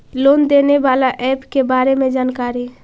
Loan देने बाला app के बारे मे जानकारी?